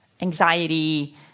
anxiety